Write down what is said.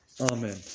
Amen